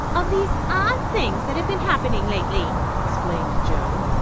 of these odd things that have been happening lately, explained joan.